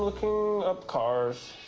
looking up cars.